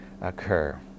occur